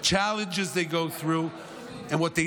the challenges they go through and what they